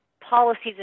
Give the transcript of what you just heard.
policies